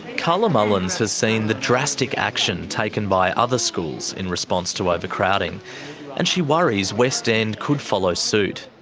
carla mullins has seen the drastic action taken by other schools in response to overcrowding and she worries west end could follow suit.